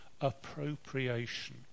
appropriation